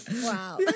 Wow